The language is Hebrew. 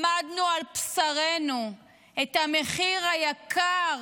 למדנו על בשרנו את המחיר היקר